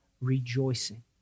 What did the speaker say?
rejoicing